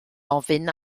ofyn